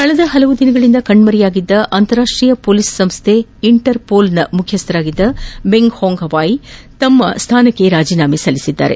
ಕಳೆದ ಹಲವು ದಿನಗಳಿಂದ ಕಣ್ಣರೆಯಾಗಿದ್ದ ಅಂತಾರಾಷ್ಷೀಯ ಪೊಲೀಸ್ ಸಂಶ್ಥೆ ಇಂಟರ್ಪೋಲ್ ಮುಖ್ಯಸ್ಥ ಮೆಂಗ್ ಹೊಂಗ್ವೈ ತಮ್ಮ ಸ್ಥಾನಕ್ಕೆ ರಾಜೇನಾಮೆ ಸಲ್ಲಿಸಿದ್ದಾರೆ